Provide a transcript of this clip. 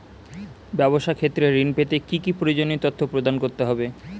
ব্যাবসা ক্ষেত্রে ঋণ পেতে কি কি প্রয়োজনীয় তথ্য প্রদান করতে হবে?